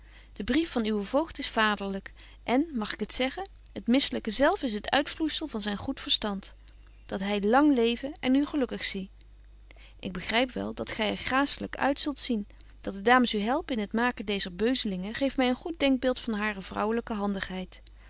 de brief van uwen voogd is vaderlyk en mag ik het zeggen het misselyke zelf is het uitvloeisel van zyn goed verstand dat hy lang leve en u gelukkig zie ik begryp wel dat gy er gracelyk zult uit zien dat de dames u helpen in het maken deezer beuzelingen geeft my een goed denkbeeld van hare vrouwelyke handigheid